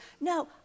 No